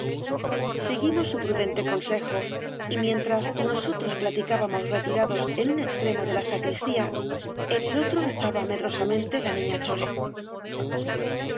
seguimos su prudente consejo y mientras nosotros platicábamos retirados en un extremo de la sacristía en el otro rezaba medrosamente la niña chole